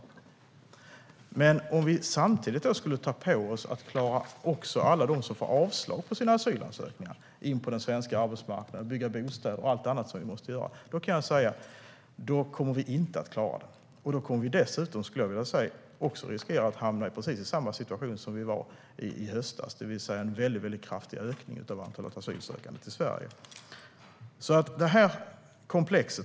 Men om vi samtidigt ska ta på oss att klara av att ta hand om även alla dem som får avslag på sina asylansökningar kan jag säga att vi inte kommer att klara av det. De ska in på den svenska arbetsmarknaden. Vi måste bygga bostäder och allt annat som måste göras. Då riskerar vi dessutom att hamna i precis samma situation som vi var i under hösten, det vill säga få en väldigt kraftig ökning av antalet asylsökande till Sverige.